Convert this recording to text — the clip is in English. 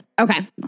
Okay